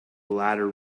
ladder